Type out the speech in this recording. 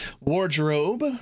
wardrobe